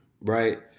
right